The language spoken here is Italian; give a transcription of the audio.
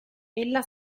ella